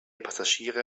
passagiere